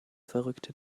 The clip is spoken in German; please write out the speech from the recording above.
verrückte